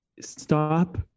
stop